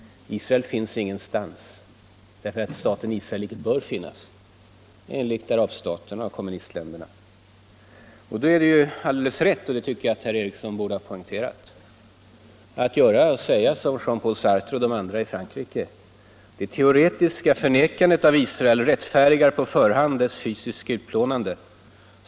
Israel finns ingenstans därför att staten Israel inte bör finnas — det menar arabstaterna och kommunistländerna. Då är det ju alldeles rätt — och det tycker jag att herr Ericson själv borde ha poängterat — att säga som Jean-Paul Sartre och de andra i Frankrike: ”Det teoretiska förnekandet av Israel rättfärdigar på förhand dess fysiska utplånande.